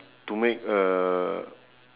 to make uh